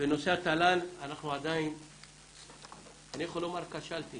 בנושא התל"ן אני יכול לומר, כשלתי